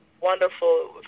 wonderful